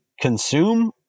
consume